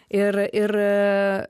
ir ir